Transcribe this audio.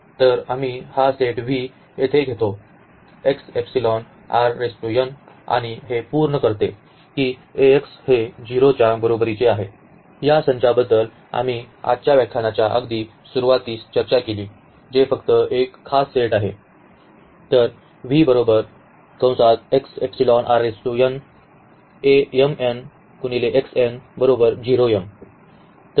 तर आम्ही हा सेट V येथे घेतो आणि हे पूर्ण करते की Ax हे 0 च्या बरोबरीचे आहे या संचाबद्दल आम्ही आजच्या व्याख्यानाच्या अगदी सुरुवातीस चर्चा केली जे फक्त एक खास सेट आहे